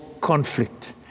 conflict